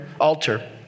altar